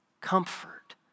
comfort